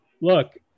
look